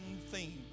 theme